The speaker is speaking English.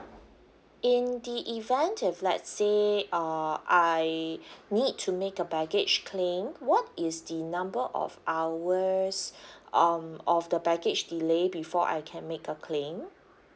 in the event if let's say uh I need to make a baggage claim what is the number of hours um of the baggage delay before I can make a claim